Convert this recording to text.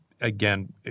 Again